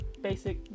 Basic